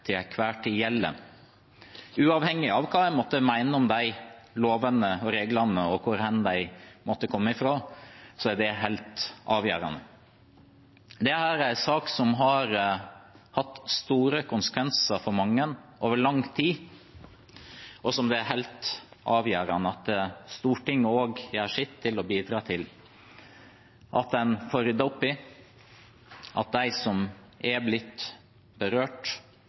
tid gjelder. Uavhengig av hva en måtte mene om de lovene og reglene, og hvor de måtte komme fra, er det helt avgjørende. Dette er en sak som har hatt store konsekvenser for mange over lang tid, og som det er helt avgjørende at Stortinget gjør sitt til å bidra til at en får ryddet opp i – at de som er blitt berørt,